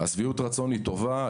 שביעות הרצון טובה,